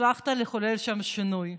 הצלחת לחולל שם שינוי.